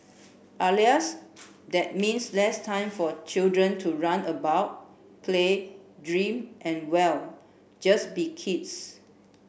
alas that means less time for children to run about play dream and well just be kids